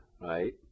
right